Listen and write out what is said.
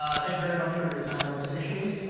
ah thank you very much for your time on this issue,